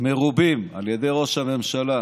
מרובים על ידי ראש הממשלה,